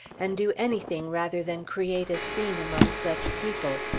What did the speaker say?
and do anything rather than create a scene among such people.